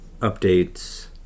updates